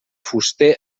fuster